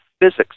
physics